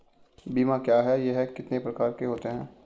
बीमा क्या है यह कितने प्रकार के होते हैं?